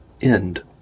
End